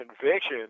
conviction